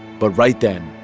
but right then,